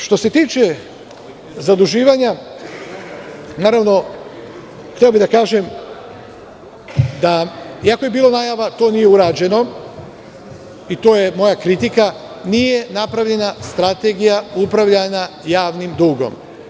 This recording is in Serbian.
Što se tiče zaduživanja, hteo bih da kažem, iako je bilo najava, to nije urađeno i to je moja kritika, nije napravljena strategija upravljanja javnim dugom.